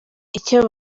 icyo